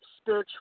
spiritual